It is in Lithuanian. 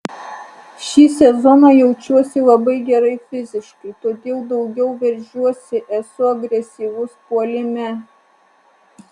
šį sezoną jaučiuosi labai gerai fiziškai todėl daugiau veržiuosi esu agresyvus puolime